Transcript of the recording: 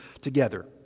together